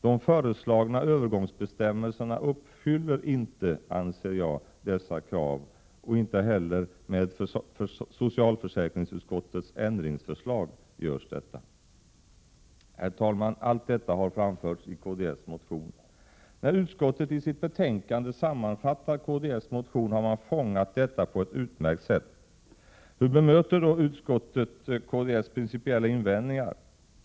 De föreslagna övergångsbestämmelserna uppfyller inte, anser jag, dessa krav, och inte heller med socialförsäkringsutskottets ändringsförslag görs detta. Allt detta har framförts i kds motion. När utskottet i sitt betänkande sammanfattar kds motion har man fångat detta på ett utmärkt sätt. Hur bemöter då utskottet kds principiella invändningar?